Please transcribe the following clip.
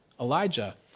Elijah